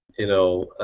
you know?